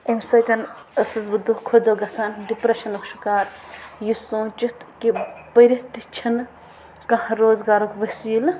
اَمۍ سۭتۍ ٲسٕس بہٕ دۄہ کھۄ دۄہ گژھان ڈِپرٛٮ۪شَنُک شِکار یہِ سوٗنٛچِتھ کہِ پٔرِتھ تہِ چھِنہٕ کانٛہہ روزٕگارُک وسیٖلہٕ